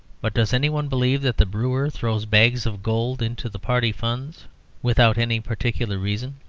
but does any one believe that the brewer throws bags of gold into the party funds without any particular reason?